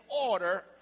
order